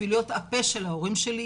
בשביל להיות הפה של ההורים שלי,